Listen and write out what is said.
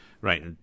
Right